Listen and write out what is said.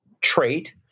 trait